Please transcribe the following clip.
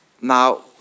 Now